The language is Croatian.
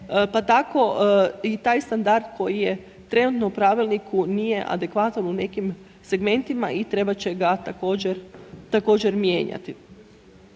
pa tako i taj standard koji je trenutno u pravilniku nije adekvatan u nekim segmentima i trebat će ga također, također mijenjati.